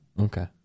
Okay